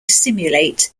simulate